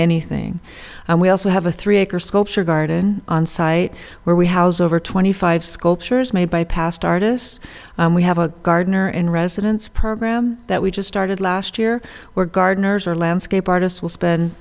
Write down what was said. anything and we also have a three acre sculpture garden on site where we housed over twenty five sculptures made by past artists and we have a gardener in residence program that we just started last year where gardeners are landscape artists will spend